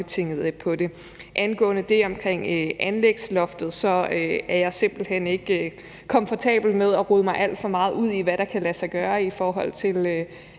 Angående det om anlægsloftet er jeg simpelt hen ikke komfortabel med at rode mig alt for meget ud i, hvad der kan lade sig gøre i forhold til